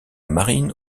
marine